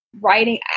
writing